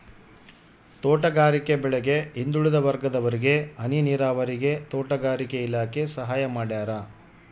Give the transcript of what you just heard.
ತೋಟಗಾರಿಕೆ ಬೆಳೆಗೆ ಹಿಂದುಳಿದ ವರ್ಗದವರಿಗೆ ಹನಿ ನೀರಾವರಿಗೆ ತೋಟಗಾರಿಕೆ ಇಲಾಖೆ ಸಹಾಯ ಮಾಡ್ಯಾರ